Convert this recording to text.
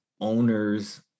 owners